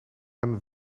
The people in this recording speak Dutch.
een